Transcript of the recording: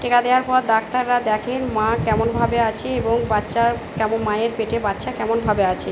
টিকা দেওয়ার পর ডাক্তাররা দেখেন মা কেমনভাবে আছে এবং বাচ্চার কেমন মায়ের পেটে বাচ্চা কেমনভাবে আছে